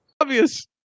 obvious